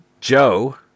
Joe